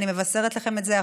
אני מבשרת את זה לכם עכשיו,